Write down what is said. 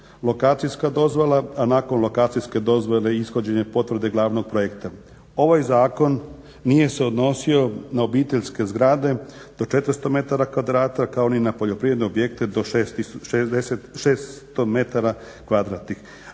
lokacijska dozvola, a nakon lokacijske dozvole da ishođenje potvrde glavnog projekta. Ovaj zakon nije se odnosio na obiteljske zgrade do 400 m kvadrata kao ni na poljoprivredne objekte do 600 m kvadratnih,